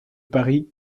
paris